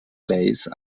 lace